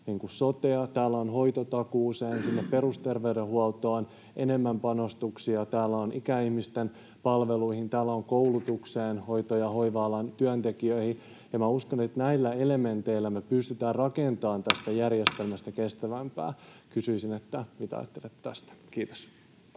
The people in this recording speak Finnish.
on hoitotakuuseen, sinne perusterveydenhuoltoon enemmän panostuksia, täällä on ikäihmisten palveluihin, täällä on koulutukseen, hoito- ja hoiva-alan työntekijöihin. Minä uskon, että näillä elementeillä me pystytään rakentamaan tästä järjestelmästä kestävämpää. Kysyisin: mitä ajattelette tästä? — Kiitos.